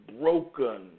broken